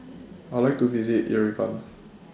I Would like to visit Yerevan